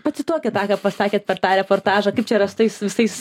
pacituokit tą ką pasakėt per tą reportažą kaip čia yra su tais visais